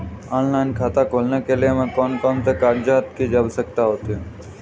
Online खाता खोलने के लिए हमें कौन कौन से कागजात की आवश्यकता होती है?